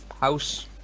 House